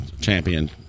champion